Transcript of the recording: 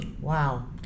Wow